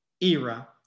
era